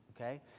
okay